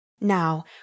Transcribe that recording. Now